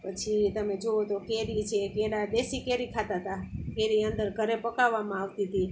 પછી તમે જુઓ તો કેરી છે પહેલાં દેશી કેરી ખાતા હતા કેરી અંદર ઘરે પકાવવામાં આવતી તી